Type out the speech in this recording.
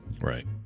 Right